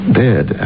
dead